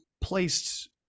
placed